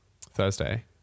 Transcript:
Thursday